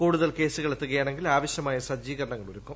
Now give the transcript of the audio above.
കൂടുതൽ കേസുകൾ എത്തുകയാണെങ്കിൽ ആവശ്യമായ സജ്ജീകരണങ്ങൾ ഒരുക്കും